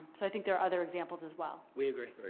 so i think there are other examples as well. we agree.